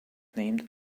named